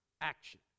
action